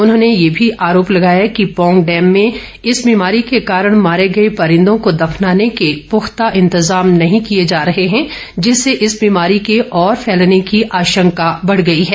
उन्होंने ये भी आरोप लगाया कि पौंग डैम में इस बीमारी को कारण मार्रे गए परिंदों को दफनाने के पुख्ता इंतजाम नहीं किए जा रहे हैं जिससे इस बीमारी के और फैलने की आशंका बढ़ गई है